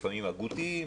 לפעמים הגותיים,